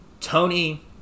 Tony